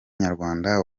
nyarwanda